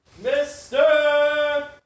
Mr